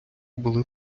були